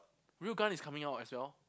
Real Gun is coming out as well